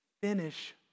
Finish